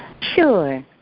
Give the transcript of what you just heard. Sure